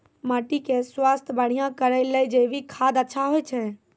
माटी के स्वास्थ्य बढ़िया करै ले जैविक खाद अच्छा होय छै?